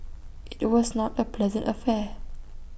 IT was not A pleasant affair